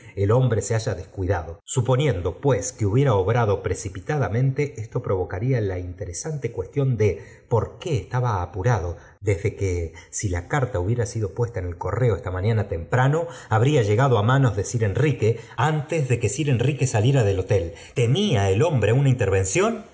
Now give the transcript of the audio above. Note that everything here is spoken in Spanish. el hombre se haya descuidado suponiendo pues que hubiera obrado precipitadamente esto provocaría la interesante cuestión de por qué estaba apurado desde que si la carta hubiera sido puesta en el correo esta mañana temprano habría llegado manos de fcir enrique antes de que sir enrique saliera del mwm i kql'ii